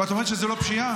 ואת אומרת שזו לא פשיעה?